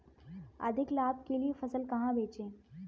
अधिक लाभ के लिए फसल कहाँ बेचें?